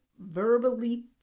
verbally